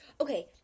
Okay